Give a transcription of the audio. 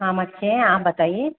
हम अच्छे हैं आप बताइए